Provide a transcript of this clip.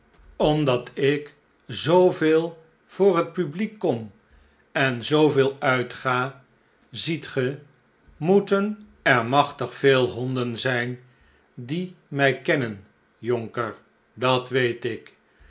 omdat ik zooveel voor het publiek kom en zooveel uitga ziet ge moeten er machtig veel honden zijn die mij kennen jonker dat weet ik